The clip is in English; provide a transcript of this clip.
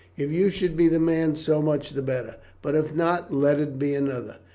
if you should be the man so much the better but if not, let it be another.